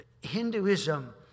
Hinduism